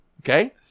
Okay